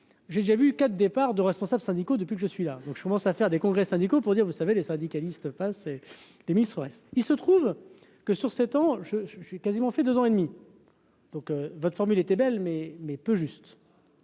j'ai déjà vu 4 départs de responsables syndicaux depuis que je suis là, donc je commence à faire des congrès syndicaux pour dire : vous savez, les syndicalistes des ministres, il se trouve que sur 7 ans je, je, je suis quasiment fait 2 ans et demi. Donc votre formule était belle mais mais peu juste.